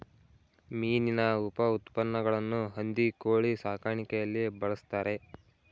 ಮೀನಿನ ಉಪಉತ್ಪನ್ನಗಳನ್ನು ಹಂದಿ ಕೋಳಿ ಸಾಕಾಣಿಕೆಯಲ್ಲಿ ಬಳ್ಸತ್ತರೆ